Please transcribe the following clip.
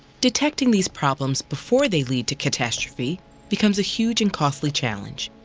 detecting these problems before they lead to catastrophe becomes a huge and costly challenge.